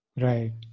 Right